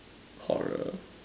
horror